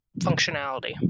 functionality